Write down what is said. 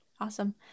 awesome